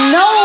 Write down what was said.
no